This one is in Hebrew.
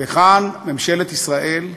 וכאן ממשלת ישראל כשלה,